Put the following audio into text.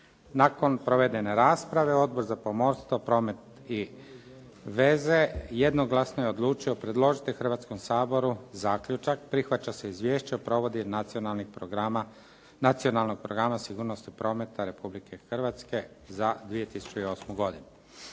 Nakon provedene rasprave, Odbor za pomorstvu, promet i veze jednoglasno je odlučio predložiti Hrvatskom saboru zaključak: prihvaća se Izvješće o provedbi Nacionalnog programa sigurnosti prometa Republike Hrvatske za 2008. godinu.